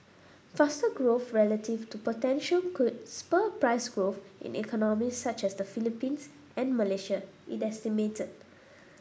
faster growth relative to potential could spur price growth in economies such as the Philippines and Malaysia it estimated